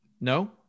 no